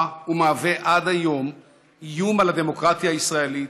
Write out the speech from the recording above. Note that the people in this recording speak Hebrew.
ומהווה עד היום איום על הדמוקרטיה הישראלית,